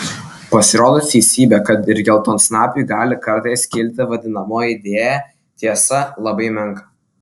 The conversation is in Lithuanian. pasirodo teisybė kad ir geltonsnapiui gali kartais kilti vadinamoji idėja tiesa labai menka